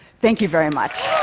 thank you very much.